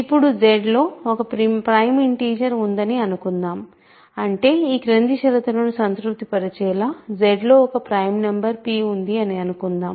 ఇప్పుడు Z లో ఒక ప్రైమ్ ఇంటిజర్ ఉందని అనుకుందాం అంటే ఈ క్రింది షరతులను సంతృప్తిపరిచేలా Z లో ఒక ప్రైమ్ నంబర్ p ఉంది అనుకుందాం